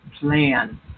plan